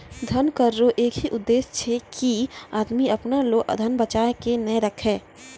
धन कर रो एक ही उद्देस छै की आदमी अपना लो धन बचाय के नै राखै